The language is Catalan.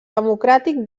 democràtic